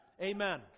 Amen